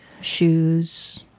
Shoes